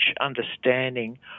understanding